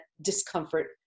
discomfort